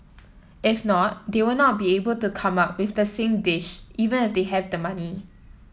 if not they will not be able to come up with the same dish even if they have the money